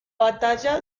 batalla